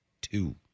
two